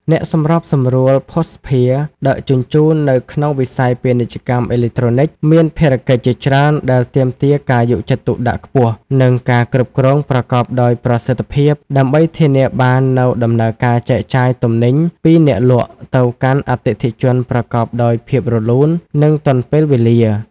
អ្នកសម្របសម្រួលភស្តុភារដឹកជញ្ជូននៅក្នុងវិស័យពាណិជ្ជកម្មអេឡិចត្រូនិក មានភារកិច្ចជាច្រើនដែលទាមទារការយកចិត្តទុកដាក់ខ្ពស់ និងការគ្រប់គ្រងប្រកបដោយប្រសិទ្ធភាព ដើម្បីធានាបាននូវដំណើរការចែកចាយទំនិញពីអ្នកលក់ទៅកាន់អតិថិជនប្រកបដោយភាពរលូន និងទាន់ពេលវេលា។